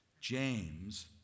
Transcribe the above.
James